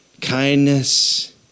kindness